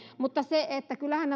mutta kyllähän